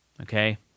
Okay